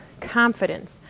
confidence